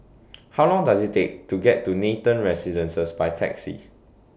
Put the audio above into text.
How Long Does IT Take to get to Nathan Residences By Taxi